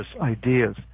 ideas